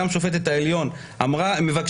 גם שופטת העליון אמרה.